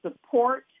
support